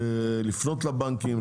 לפנות לבנקים,